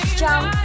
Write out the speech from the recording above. jump